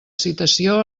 citació